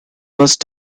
must